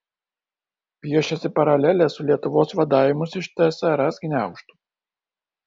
piešiasi paralelė su lietuvos vadavimusi iš tsrs gniaužtų